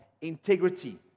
integrity